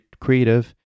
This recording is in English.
creative